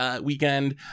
weekend